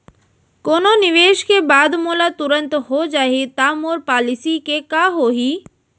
कोनो निवेश के बाद मोला तुरंत हो जाही ता मोर पॉलिसी के का होही?